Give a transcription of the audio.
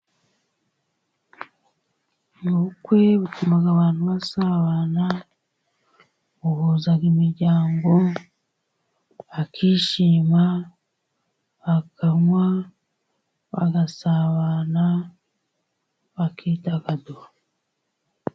Mu bukwe butuma abantu basabana, buhuza imiryango, bakishima, bakanywa, bagasabana, bakidagadura.